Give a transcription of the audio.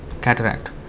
cataract